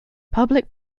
public